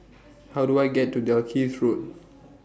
How Do I get to Dalkeith Road